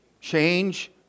Change